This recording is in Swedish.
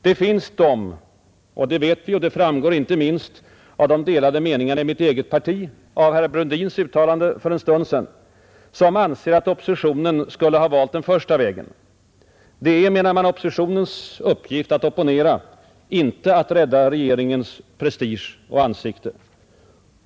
Det finns de — det vet vi ju och det framgår inte minst av de delade meningarna i mitt eget parti och av herr Brundins uttalanden för en stund sedan — som anser att oppositionen skulle ha valt den första vägen. Det är, menar man, oppositionens uppgift att opponera — inte att rädda regeringens prestige och ansikte.